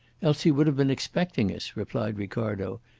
else he would have been expecting us, replied ricardo,